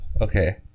Okay